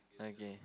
okay